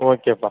ஓகேப்பா